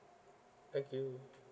thank you